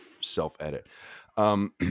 self-edit